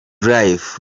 life